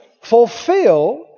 fulfill